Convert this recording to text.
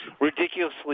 ridiculously